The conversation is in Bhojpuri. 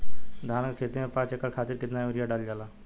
धान क खेती में पांच एकड़ खातिर कितना यूरिया डालल जाला?